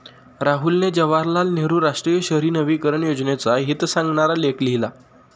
राहुलने जवाहरलाल नेहरू राष्ट्रीय शहरी नवीकरण योजनेचे हित सांगणारा लेख लिहिला